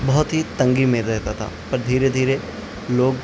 بہت ہی تنگی میں رہتا تھا پر دھیرے دھیرے لوگ